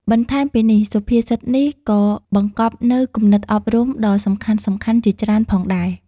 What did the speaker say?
បន្ថែមពីនេះ សុភាសិតនេះក៏បង្កប់នូវគំនិតអប់រំដ៏សំខាន់ៗជាច្រើនផងដែរ។